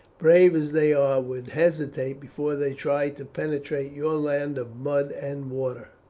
brave as they are, would hesitate before they tried to penetrate your land of mud and water.